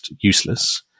useless